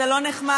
זה לא נחמד,